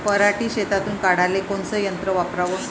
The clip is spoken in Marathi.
पराटी शेतातुन काढाले कोनचं यंत्र वापराव?